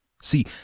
See